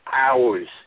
hours